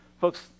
Folks